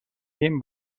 این